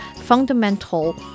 fundamental